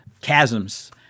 chasms